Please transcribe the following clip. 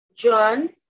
John